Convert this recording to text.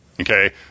Okay